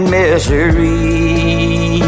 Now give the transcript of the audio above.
misery